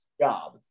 job